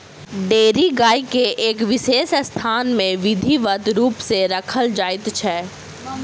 dairy गाय के एक विशेष स्थान मे विधिवत रूप सॅ राखल जाइत छै